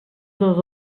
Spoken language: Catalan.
dos